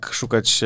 szukać